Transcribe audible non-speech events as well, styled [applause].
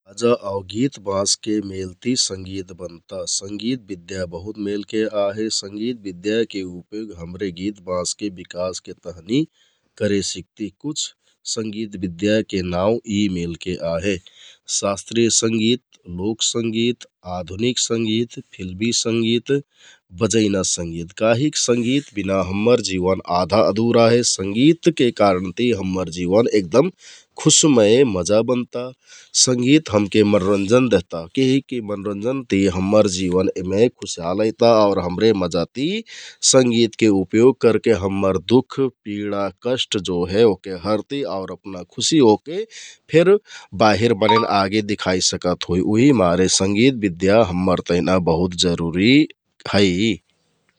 भजा आउ गितबाँसके मेलति संगित बनता । गित बिद्या बहुत मेलके आहे, संगित बिद्याके उपयोग हमरे गितबाँसके बिकासके तहनि करेसिकति । कुछ संगित बिद्याके नाउँ यि मेलके आहे । सास्त्रिय संगित, लोक संगित, आधुनिक संगित, फिल्मि संगित, बजैना संगित काहिक संगित बिना हम्मर जिवन आधा अदुरा हे । संगितके कारणति हम्मर जिवन एगदम खुशमय मजा बनता । संगित हमके मनोरन्जन देहता [unintelligible] मनोरन्जन ति हम्मर जिवनमे खुशहाल अइता आउर हमरे मजाति संगितके उपयोग करके हम्मर दुख, पिडा, कष्ठ जो हे ओहके हरति आउर अपना खुशि होके फेर बाहिर [noise] मनैंन आगे दिखाइ सिकत होइ । उहिमारे संगित बिद्या हम्मर तेहना बहुत जरुरि है ।